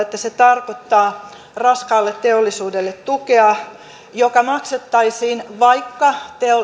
että se tarkoittaa raskaalle teollisuudelle tukea joka maksettaisiin vaikka